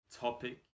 topic